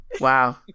Wow